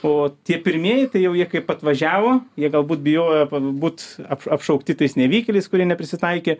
o tie pirmieji tai jau jie kaip atvažiavo jie galbūt bijojo būt ap apšaukti tais nevykėliais kurie neprisitaikė